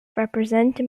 represent